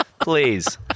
Please